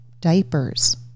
diapers